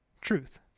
truth